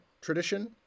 tradition